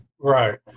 Right